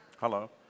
Hello